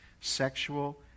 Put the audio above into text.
sexual